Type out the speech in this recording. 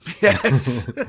Yes